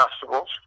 festivals